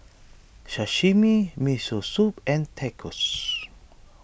Sashimi Miso Soup and Tacos